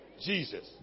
Jesus